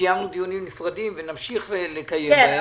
קיימנו דיונים נפרדים ונמשיך לקיים.